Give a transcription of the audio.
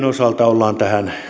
osalta ollaan tähän